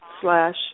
slash